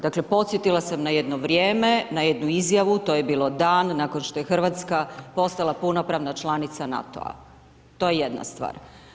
Dakle, podsjetila sam na jedno vrijeme, na jednu izjavu, to je bilo dan nakon što je RH postala punopravna članica NATO-a, to je jedna stvar.